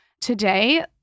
Today